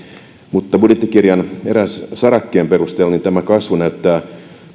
mutta budjettikirjan erään sarakkeen perusteella tämä kasvu näyttää